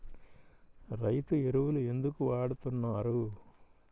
రైతు ఎరువులు ఎందుకు వాడుతున్నారు?